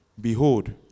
Behold